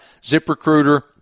ZipRecruiter